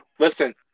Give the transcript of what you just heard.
Listen